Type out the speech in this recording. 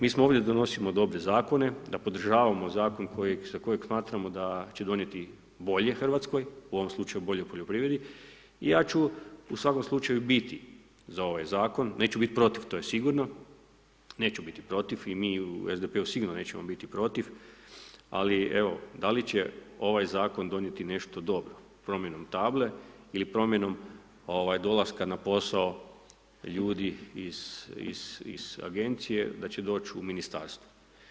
Mi smo ovdje da donosimo dobre zakone, da podržavamo zakon za kojeg smatramo da će donijeti bolje Hrvatskoj, u ovom slučaju bolje poljoprivredi i ja ću u svakom slučaju biti za ovaj zakon, neću biti protiv to je sigurno, neću biti protiv i mi u SDP-u sigurno nećemo biti protiv, ali evo da li će ovaj zakon donijeti nešto dobro promjenom table ili promjenom ovaj dolaska na posao ljudi iz agencije da će doć u ministarstvo.